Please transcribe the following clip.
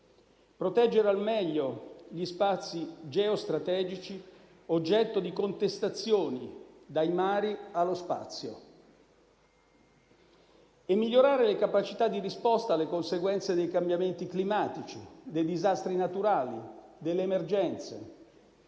proteggere al meglio gli spazi geostrategici, oggetto di contestazioni, dai mari allo spazio e migliorare le capacità di risposta alle conseguenze dei cambiamenti climatici, dei disastri naturali, delle emergenze.